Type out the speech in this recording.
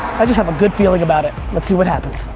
i just have a good feeling about it. let's see what happens.